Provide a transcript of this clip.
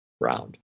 round